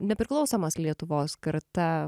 nepriklausomos lietuvos karta